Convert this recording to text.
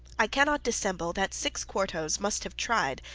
i cannot dissemble that six quartos must have tried,